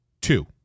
Two